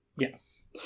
Yes